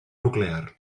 nuclear